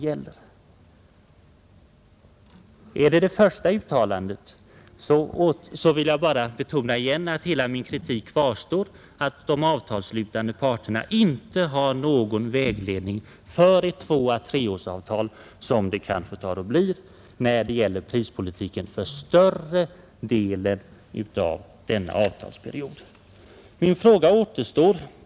Gäller i stället det första uttalandet, så vill jag betona att hela min kritik kvarstår: De avtalsslutande parterna har inte någon vägledning för det tvåeller treårsavtal, som det troligen blir, när det gäller prispolitiken för större delen av denna avtalsperiod. Min fråga återstår.